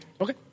Okay